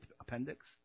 appendix